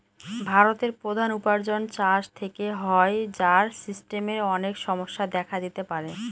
ভারতের প্রধান উপার্জন চাষ থেকে হয়, যার সিস্টেমের অনেক সমস্যা দেখা দিতে পারে